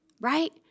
right